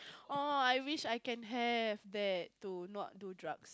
!aww! I wish I can have that to not too drugs